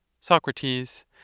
Socrates